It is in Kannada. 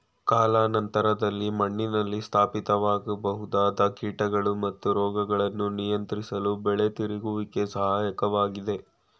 ಕಾಲಾನಂತರದಲ್ಲಿ ಮಣ್ಣಿನಲ್ಲಿ ಸ್ಥಾಪಿತವಾಗಬಹುದಾದ ಕೀಟಗಳು ಮತ್ತು ರೋಗಗಳನ್ನು ನಿಯಂತ್ರಿಸಲು ಬೆಳೆ ತಿರುಗುವಿಕೆ ಸಹಾಯಕ ವಾಗಯ್ತೆ